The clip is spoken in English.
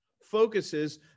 focuses